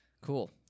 Cool